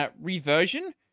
reversion